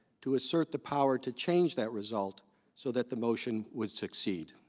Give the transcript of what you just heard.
to assert the power to change that result so that the motion would succeed.